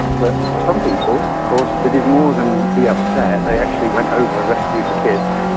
but for some people of course they did more than be upset, they actually went over, rescued the kids,